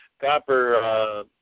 Copper